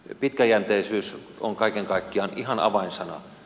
pitkäjänteisyys on kaiken kaikkiaan ihan avainsana